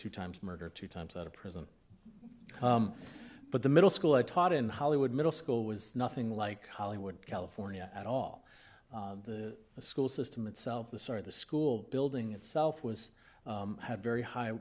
two times murder two times out of prison but the middle school i taught in hollywood middle school was nothing like hollywood california at all the school system itself the sort of the school building itself was had very high